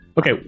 Okay